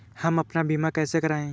हम अपना बीमा कैसे कराए?